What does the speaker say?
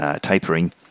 tapering